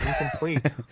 Incomplete